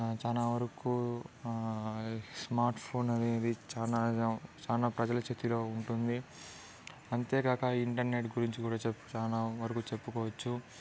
చాలా వరకు smart phone అనేది చాలా చాలా ప్రజల చేతిలో ఉంటుంది అంతేగాక ఇంటర్నెట్ గురించి కూడా చెప్పు చాలా వరకు చెప్పుకోవచ్చు